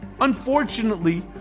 Unfortunately